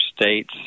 states